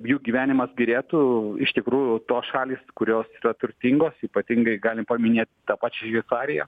jų gyvenimas gerėtų iš tikrųjų tos šalys kurios yra turtingos ypatingai galim paminėti tą pačią šveicariją